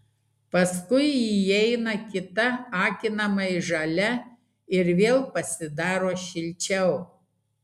paskui įeina kita akinamai žalia ir vėl pasidaro šilčiau